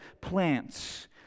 plants